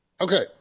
Okay